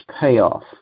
payoff